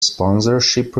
sponsorship